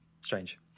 Strange